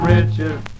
Richard